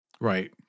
Right